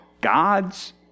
God's